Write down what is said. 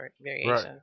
variations